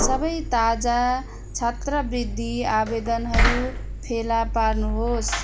सबै ताजा छात्रवृति आवेदनहरू फेला पार्नुहोस्